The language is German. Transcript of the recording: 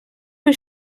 für